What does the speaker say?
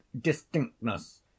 distinctness